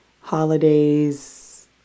holidays